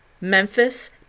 Memphis